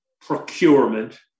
procurement